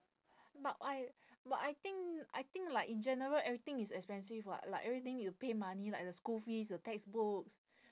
but I but I think I think like in general everything is expensive [what] like everything need to pay money like the school fees the textbooks